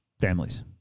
families